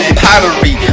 pottery